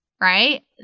right